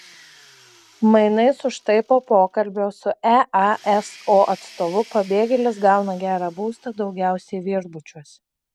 mainais už tai po pokalbio su easo atstovu pabėgėlis gauna gerą būstą daugiausiai viešbučiuose